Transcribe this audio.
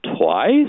twice